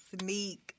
sneak